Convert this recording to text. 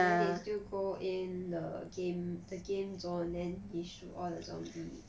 then he still go in the game the game zone then he shoot all the zombie